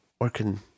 working